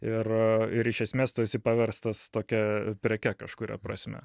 ir ir iš esmės tu esi paverstas tokia preke kažkuria prasme